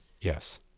Yes